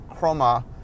Chroma